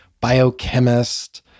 biochemist